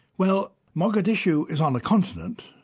well, mogadishu is on a continent,